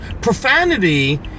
Profanity